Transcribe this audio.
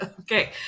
Okay